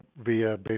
via